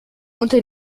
unter